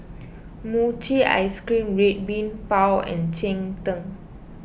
Mochi Ice Cream Red Bean Bao and Cheng Tng